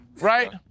right